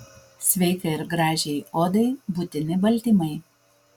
sveikai ir gražiai odai būtini baltymai